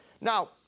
Now